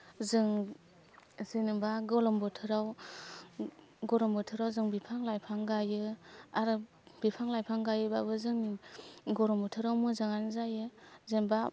जों जेनेबा गोलोम बोथोराव गरम बोथोराव जों बिफां लाइफां गाइयो आरो बिफां लाइफां गाइयोबाबो जों गरम बोथोराव मोजाङोनो जायो जेनेबा